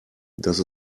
dass